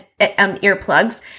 earplugs